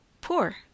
poor